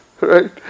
right